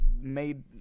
made